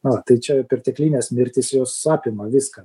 na tai čia perteklinės mirtys jos apima viską